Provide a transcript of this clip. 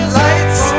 lights